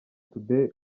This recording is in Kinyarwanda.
today